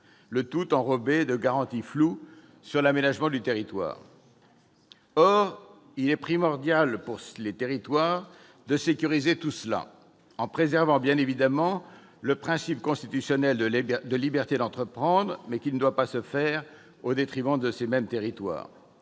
le tout enrobé de garanties floues sur l'aménagement du territoire. Or il est primordial pour les territoires de sécuriser tout cela, en préservant bien évidemment le principe constitutionnel de liberté d'entreprendre, mais cela ne doit pas se faire au détriment de ces mêmes territoires.